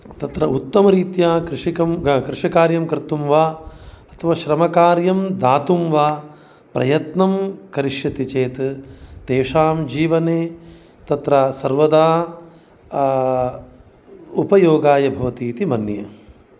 तत्र उत्तमरीत्या कृषिकं कृषिकार्यं कर्तुं वा अथवा श्रमकार्यं दातुं वा प्रयत्नं करिष्यति चेत् तेषां जीवने तत्र सर्वदा उपयोगाय भवति इति मन्ये